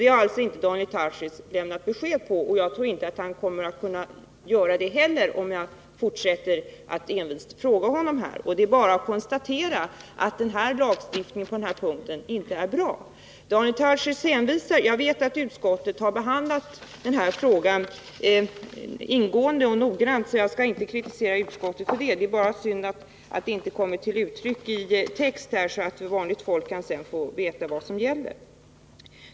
Daniel Tarschys har inte lämnat något besked i det avseendet, och jag tror inte att han kommer att kunna göra det heller, även om jag fortsätter att fråga honom om detta. Det är bara att konstatera att lagstiftningen på den här punkten inte är bra. Jag vet att utskottet har behandlat denna fråga ingående och noggrant, så jag skall inte kritisera utskottet för det. Det är bara synd att den behandlingen inte kommit till uttryck i text, så att vanligt folk kan få veta vad som gäller.